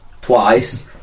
Twice